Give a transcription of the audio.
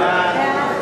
ההצעה